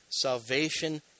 Salvation